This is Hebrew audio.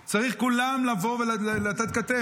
כולם צריכים לבוא ולתת כתף.